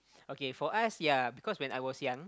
okay for us yea because when I was young